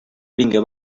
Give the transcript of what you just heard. vinga